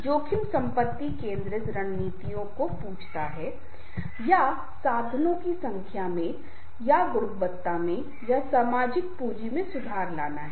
जोखिम संपत्ति केन्द्रित रणनीतियों को पूछता है या साधनो की संख्या मे या गुणवत्ता मे या सामाजिक पूंजी मे सुधार लाना है